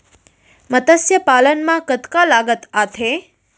मतस्य पालन मा कतका लागत आथे?